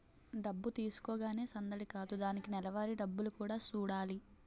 డబ్బు తీసుకోగానే సందడి కాదు దానికి నెలవారీ డబ్బులు కూడా సూడాలి